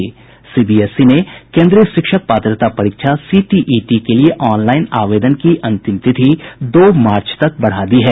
CBSE ने केन्द्रीय शिक्षक पात्रता परीक्षा सीटीईटी के लिए ऑनलाइन आवेदन की अंतिम तिथि दो मार्च तक बढ़ा दी है